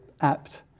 apt